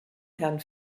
herrn